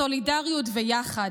בסולידריות וביחד.